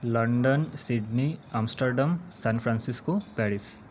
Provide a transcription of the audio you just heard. London Sydney Amsterdam San Francisco Paris